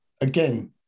again